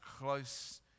close